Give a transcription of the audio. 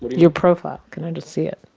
but your profile can i just see it?